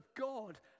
God